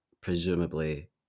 presumably